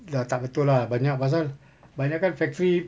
dah tak betul lah banyak pasal banyak kan factory